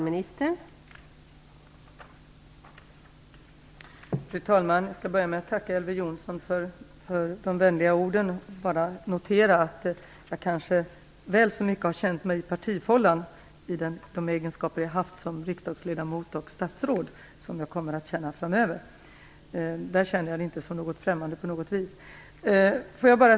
Fru talman! Jag skall börja med att tacka Elver Jonsson för de vänliga orden. Jag vill bara notera att jag kanske väl så mycket har tyckt mig vara i partifållan i de egenskaper jag har haft som riksdagsledamot och statsråd som jag kommer att tycka framöver. Jag känner det inte som något främmande på något vis.